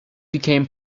became